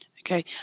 okay